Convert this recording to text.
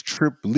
Trip